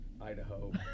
Idaho